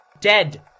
Dead